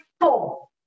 four